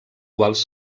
quals